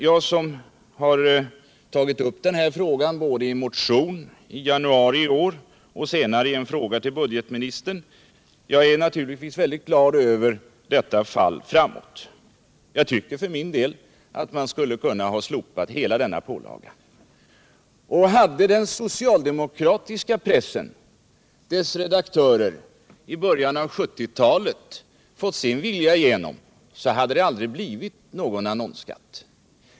Jag som har tagit upp frågan både i motion i januari i år och senare i fråga till budgetministern är naturligtvis mycket glad över detta fall framåt. Jag tycker för min del att man kunde ha slopat hela denna pålaga. Hade den socialdemokratiska pressen — dess redaktörer — i början av 1970-talet fått sin vilja igenom hade det aldrig blivit någon annonsskatt.